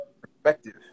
perspective